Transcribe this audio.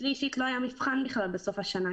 אצלי אישית לא היה מבחן בסוף השנה,